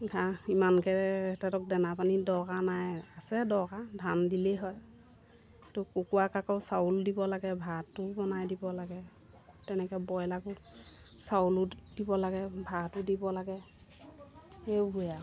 ঘাঁহ ইমানকৈ তাহাঁতক দানা পানী দৰকাৰ নাই আছে দৰকাৰ ধান দিলেই হয় তো কুকুৰাক আকৌ চাউল দিব লাগে ভাতো বনাই দিব লাগে তেনেকৈ ব্ৰইলাৰকো চাউলো দিব লাগে ভাতো দিব লাগে সেইবোৰেই আৰু